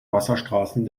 wasserstraßen